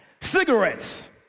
Cigarettes